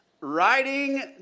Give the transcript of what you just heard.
Riding